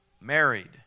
married